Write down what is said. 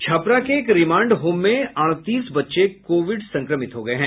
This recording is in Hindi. छपरा के एक रिमांड होम में अड़तीस बच्चे कोविड संक्रमित हो गये हैं